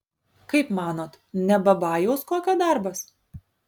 kaip manot ne babajaus kokio darbas